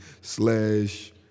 slash